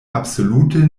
absolute